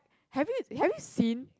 have you have you seen